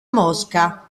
mosca